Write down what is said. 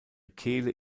kehle